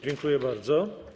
Dziękuję bardzo.